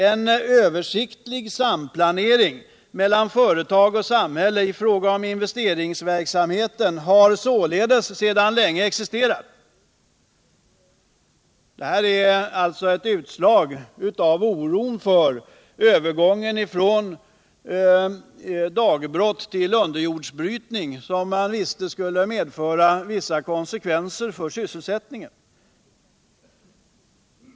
En översiktlig samplanering mellan företag och samhälle ifråga om investeringsverksamhet har således sedan länge existerat.” Detta är ett utslag av oron för övergången från brytning i dagbrott till underjordsbrytning, som man visste skulle medföra vissa konsekvenser för sysselsättningen.